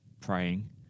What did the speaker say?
praying